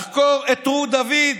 לחקור את רות דוד.